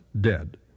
dead